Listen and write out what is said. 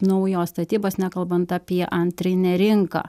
naujos statybos nekalbant apie antrinę rinką